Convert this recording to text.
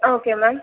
okay ma'am